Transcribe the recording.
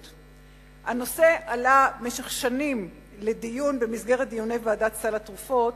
הנושא עלה במשך שנים לדיון במסגרת דיוני ועדת סל התרופות,